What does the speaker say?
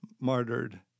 martyred